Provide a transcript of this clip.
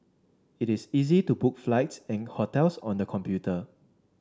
it is easy to book flights and hotels on the computer